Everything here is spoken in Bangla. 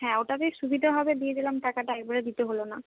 হ্যাঁ ওটাতেই সুবিধা হবে দিয়ে দিলাম টাকাটা একবারে দিতে হল না